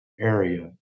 area